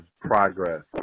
progress